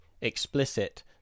explicit